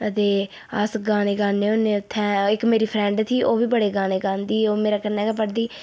ते अस गाने गाने होन्ने उत्थै इक मेरी फ्रेंड थी ओह् बी बड़े गाने गांदी ही ओह् मेरे कन्नै गै पढ़दी ही